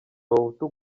abahutu